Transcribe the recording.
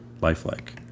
lifelike